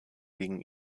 gegen